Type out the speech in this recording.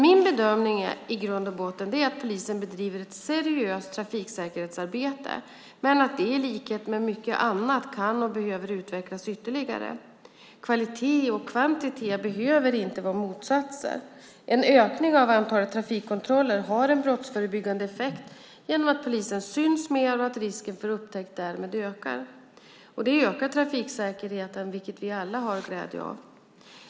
Min bedömning är i grund och botten att polisen bedriver ett seriöst trafiksäkerhetsarbete men att det i likhet med mycket annat kan och behöver utvecklas ytterligare. Kvalitet och kvantitet behöver inte vara motsatser. En ökning av antalet trafikkontroller har en brottsförebyggande effekt genom att polisen syns mer och att risken för upptäckt därmed ökar. Det ökar trafiksäkerheten, vilket vi alla har glädje av.